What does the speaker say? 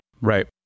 Right